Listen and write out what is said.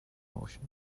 motion